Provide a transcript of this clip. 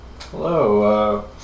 hello